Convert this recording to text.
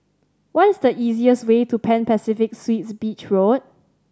what's the easiest way to Pan Pacific Suites Beach Road